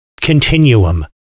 continuum